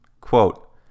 Quote